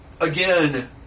again